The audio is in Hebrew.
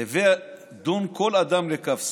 הווי דן כל אדם לכף זכות.